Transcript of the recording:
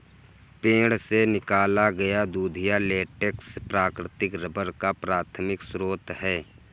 पेड़ से निकाला गया दूधिया लेटेक्स प्राकृतिक रबर का प्राथमिक स्रोत है